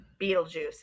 Beetlejuice